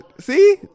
See